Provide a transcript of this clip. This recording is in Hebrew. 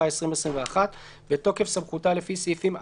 התשפ"א-2021 בתוקף סמכותה לפי סעיפים 4,